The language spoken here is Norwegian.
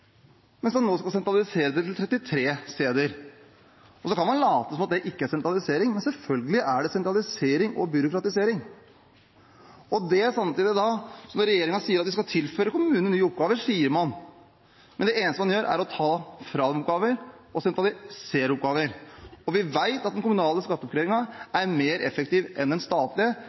mens man nå skal sentralisere det til 33 steder. Man kan late som om det ikke er sentralisering, men selvfølgelig er det sentralisering og byråkratisering. Samtidig sier regjeringen at den skal tilføre kommunene nye oppgaver. Det sier man, men det eneste man gjør, er å ta fra dem oppgaver og sentralisere oppgaver. Vi vet at den kommunale